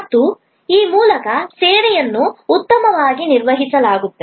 ಮತ್ತು ಆ ಮೂಲಕ ಸೇವೆಯನ್ನು ಉತ್ತಮವಾಗಿ ನಿರ್ವಹಿಸಲಾಗುತ್ತದೆ